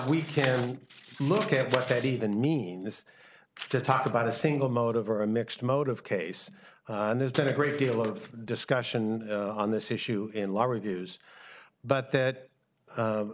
we can look at what that even means to talk about a single motive or a mixed motive case there's been a great deal of discussion on this issue in